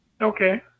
Okay